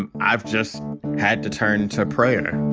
and and i've just had to turn to prysner